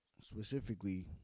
specifically